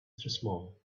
small